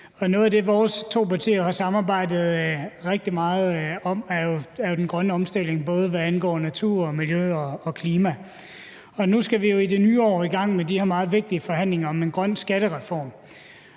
Noget af det, vores to partier har samarbejdet rigtig meget om, er jo den grønne omstilling, både hvad angår natur, miljø og klima. Nu skal vi jo i det nye år i gang med de her meget vigtige forhandlinger om en grøn skattereform,